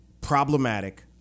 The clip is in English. problematic